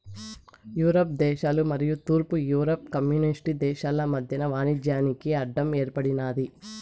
Europe దేశాలు మరియు తూర్పు యూరప్ కమ్యూనిస్టు దేశాలు మధ్యన వాణిజ్యానికి అడ్డం ఏర్పడినాది